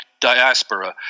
diaspora